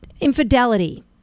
Infidelity